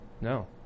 No